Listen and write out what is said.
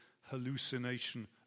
hallucination